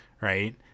right